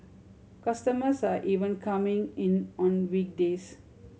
customers are even coming in on weekdays